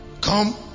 Come